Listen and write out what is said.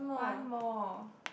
one more